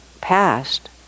passed